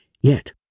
Yet